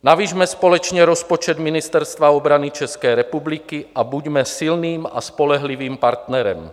Navyšme společně rozpočet Ministerstva obrany České republiky a buďme silným a spolehlivým partnerem.